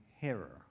hearer